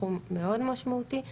בסכום מאוד משמעותי,